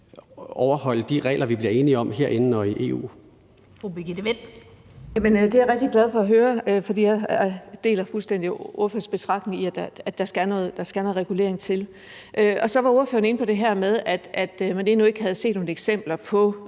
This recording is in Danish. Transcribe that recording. Birgitte Vind. Kl. 16:29 Birgitte Vind (S): Jamen det er jeg rigtig glad for at høre, for jeg deler fuldstændig ordførerens betragtning om, at der skal noget regulering til. Så var ordføreren inde på det her med, at man endnu ikke havde set nogen eksempler på